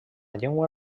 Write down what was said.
llengua